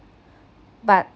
but